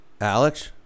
Alex